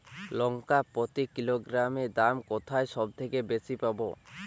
লঙ্কা প্রতি কিলোগ্রামে দাম কোথায় সব থেকে বেশি পাব?